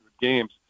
games